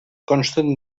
consten